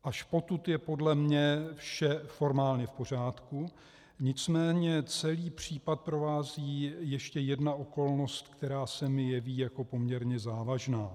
Až potud je podle mě vše formálně v pořádku, nicméně celý případ provází ještě jedna okolnost, která se mi jeví jako poměrně závažná.